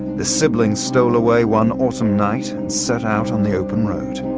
the siblings stole away one autumn night and set out on the open road.